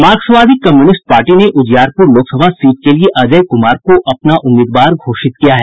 मार्क्सवादी communist party ने Ujiarpur Lok Sabha seat के लिए अजय कुमार को अपना उम्मीदवार घोषित किया है